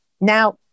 now